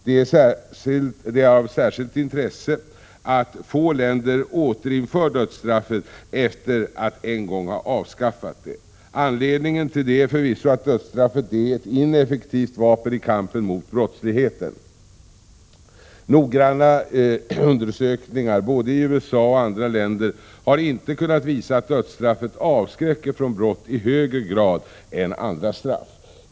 Det är av särskilt intresse att få länder återinför dödsstraffet efter att en gång ha avskaffat det. Anledningen till detta är förvisso att dödsstraffet är ett ineffektivt vapen i kampen mot brottsligheten. Noggranna undersökningar, både i USA och i andra länder, har inte kunnat visa att dödsstraffet avskräcker från brott i högre grad än andra straff.